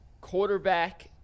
quarterback